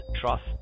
trust